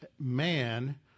man